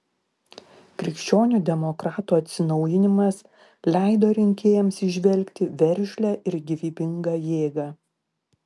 krikščionių demokratų atsinaujinimas leido rinkėjams įžvelgti veržlią ir gyvybingą jėgą